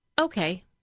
okay